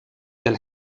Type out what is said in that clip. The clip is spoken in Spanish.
del